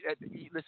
Listen